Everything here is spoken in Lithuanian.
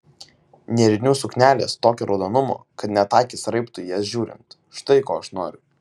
nėrinių suknelės tokio raudonumo kad net akys raibtų į ją žiūrint štai ko aš noriu